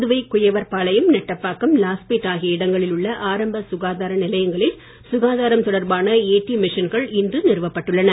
புதுவை குயவர்பாளையம் நெட்டபாக்கம் லாஸ்பேட் ஆகிய இடங்களில் உள்ள ஆரம்ப சுகாதார நிலையங்களில் சுகாதாரம் தொடர்பான ஏடிஎம் மிஷன்கள் இன்று நிறுவப்பட்டுள்ளன